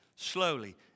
Slowly